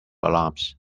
alarms